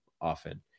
often